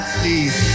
please